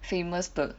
famous 的